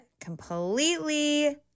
completely